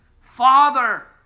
Father